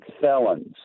felons